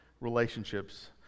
relationships